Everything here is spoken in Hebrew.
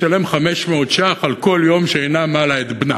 לשלם 500 ש"ח על כל יום שאינה מלה את בנה.